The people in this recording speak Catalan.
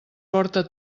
porta